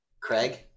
Craig